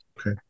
Okay